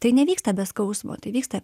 tai nevyksta be skausmo tai vyksta